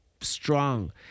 strong